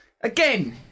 Again